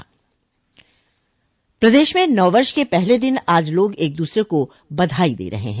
प्रदेश में नव वर्ष के पहले दिन आज लोग एक दूसरे को बधाई दे रहे हैं